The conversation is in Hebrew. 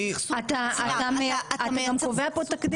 אתה קובע כאן תקדים.